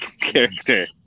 character